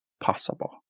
possible